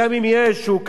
הוא כזה מועט,